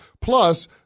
Plus